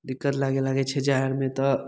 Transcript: दिक्कत लागे लागैत छै जाइ आरमे तऽ